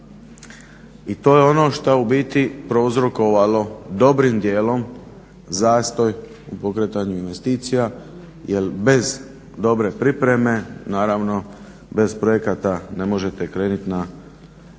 I to je ono što je ubiti prouzrokovalo dobrim dijelom zastoj u pokretanju investicija, jel bez dobre pripreme, naravno bez projekata ne možete krenuti na izgradnju.